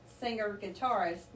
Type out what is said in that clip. singer-guitarist